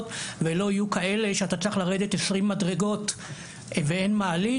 ולא יהיו כאלה שאתה צריך לרדת 20 מדרגות ואין מעלית,